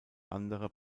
andere